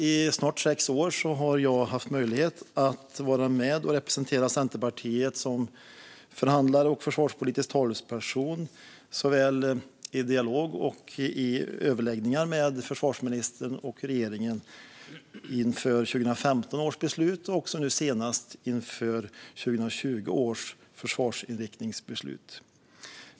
I snart sex år har jag haft möjlighet att vara med och representera Centerpartiet som förhandlare och försvarspolitisk talesperson, såväl i dialog som vid överläggningar med försvarsministern och regeringen inför 2015 års beslut och även, nu senast, 2020 års försvarsinriktningsbeslut.